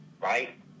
right